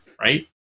right